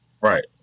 Right